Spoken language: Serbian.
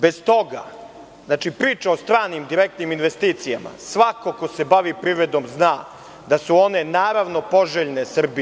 Bez toga, priča o stranim direktnim investicijama svako ko se bavi privredom zna da su one naravno poželjne Srbiji.